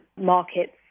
markets